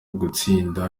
gutsinda